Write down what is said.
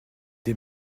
des